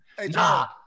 Nah